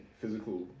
physical